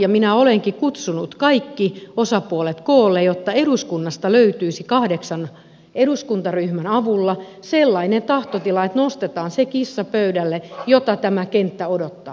ja sen takia minä olenkin kutsunut kaikki osapuolet koolle jotta eduskunnasta löytyisi kahdeksan eduskuntaryhmän avulla sellainen tahtotila että nostetaan se kissa pöydälle mitä tämä kenttä odottaa